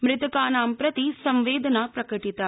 मृतकानां प्रति संवेदना प्रकाटिता